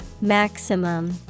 Maximum